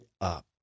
up